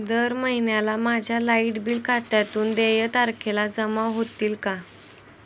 दर महिन्याला माझ्या लाइट बिल खात्यातून देय तारखेला जमा होतील का?